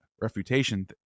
refutation